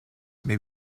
may